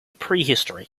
prehistory